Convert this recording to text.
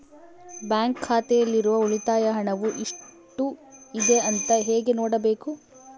Bank ಖಾತೆಯಲ್ಲಿರುವ ಉಳಿತಾಯ ಹಣವು ಎಷ್ಟುಇದೆ ಅಂತ ಹೇಗೆ ನೋಡಬೇಕು?